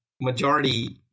majority